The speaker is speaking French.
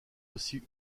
aussi